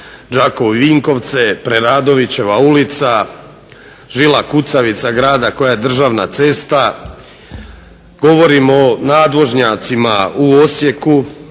Đakovo i Vinkovce, Preradovićeva ulica žila kucavica grada koja je državna cesta. Govorim o nadvožnjacima u Osijeku